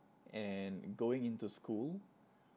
and going into school